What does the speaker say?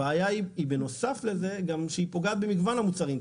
הבעיה בנוסף לזה שהיא פוגעת במגוון המוצרים.